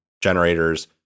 generators